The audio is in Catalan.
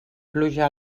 pluja